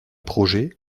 projet